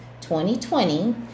2020